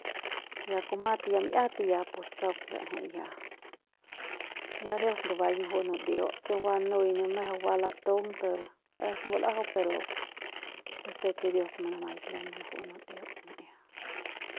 Ya kumat ya mi'iat pus kauk la'ejei ya, ya dios ndubaik nuju'u nudeut chu ba nui ne mejeu ba latung per aives ngul'ajau pero yo se ke dios manamaik par manuju'u munudeut mi'ia.